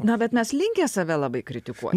na bet mes linkę save labai kritikuot